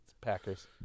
Packers